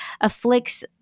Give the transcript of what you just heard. afflicts